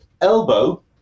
elbow